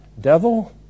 Devil